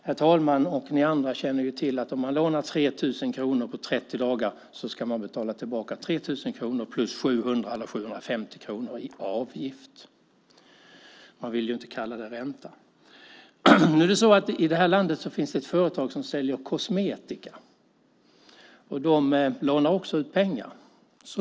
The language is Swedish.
Herr talman och ni andra känner ju till att om man lånar 3 000 kronor på 30 dagar ska man betala tillbaka 3 000 kronor plus 700 eller 750 kronor i avgift - de vill ju inte kalla det för ränta. I det här landet finns ett företag som säljer kosmetika, och de lånar också ut pengar.